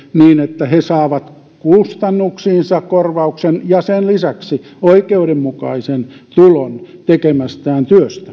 niin että he saavat kustannuksiinsa korvauksen ja sen lisäksi oikeudenmukaisen tulon tekemästään työstä